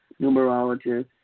numerologist